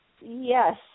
Yes